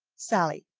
sallie.